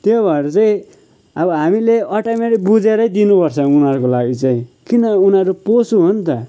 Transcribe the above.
त्यो भएर चाहिँ अब हामीले अटोमेटिक बुझेरै दिनुपर्छ उनीहरूको लागि चाहिँ किन उननीहरू पोसु होन् ता